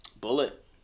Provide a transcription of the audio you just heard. Bullet